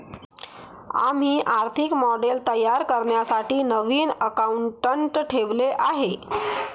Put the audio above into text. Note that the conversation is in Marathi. आम्ही आर्थिक मॉडेल तयार करण्यासाठी नवीन अकाउंटंट ठेवले आहे